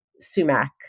sumac